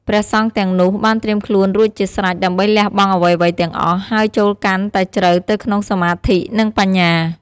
ព្រះសង្ឃទាំងនោះ បានត្រៀមខ្លួនរួចជាស្រេចដើម្បីលះបង់អ្វីៗទាំងអស់ ហើយចូលកាន់តែជ្រៅទៅក្នុងសមាធិ និងបញ្ញា។